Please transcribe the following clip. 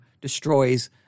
destroys